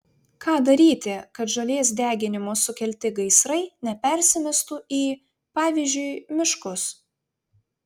ką daryti kad žolės deginimo sukelti gaisrai nepersimestų į pavyzdžiui miškus